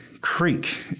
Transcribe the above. creek